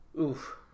oof